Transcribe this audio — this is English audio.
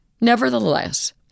Nevertheless